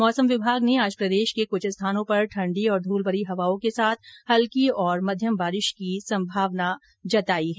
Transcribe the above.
मौसम विभाग ने आज प्रदेश के कुछ स्थानों पर ठण्ड़ी और धूलभरी हवाओं के साथ हल्की और मध्य बारिश की संभावना जताई है